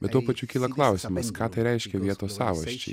bet tuo pačiu kyla klausimas ką tai reiškia vietos savasčiai